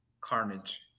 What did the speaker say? carnage